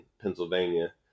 Pennsylvania